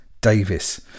Davis